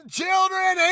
children